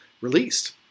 released